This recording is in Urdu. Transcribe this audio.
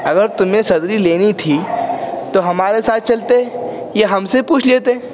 اگر تمہیں صدری لینی تھی تو ہمارے ساتھ چلتے یا ہم سے پوچھ لیتے